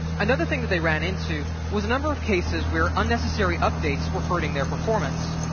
another thing that they ran into was a number of cases where unnecessary updates were hurting their performance.